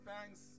thanks